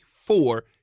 four